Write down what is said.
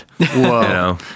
Whoa